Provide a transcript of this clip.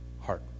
heart